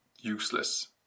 useless